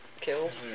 killed